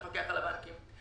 המפקח על הבנקים,